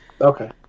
Okay